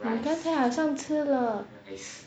你刚刚很像吃了